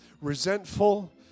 resentful